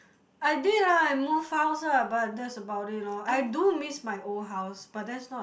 I did ah I move house lah but that's about it lor I do miss my old house but that's not